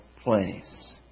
place